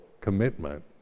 commitment